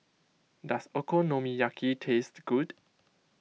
does Okonomiyaki taste good